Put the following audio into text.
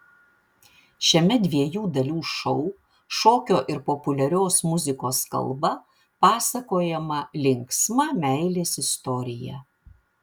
šiame dviejų dalių šou šokio ir populiarios muzikos kalba pasakojama linksma meilės istorija